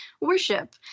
worship